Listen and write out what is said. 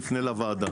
נפנה לוועדה.